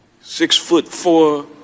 six-foot-four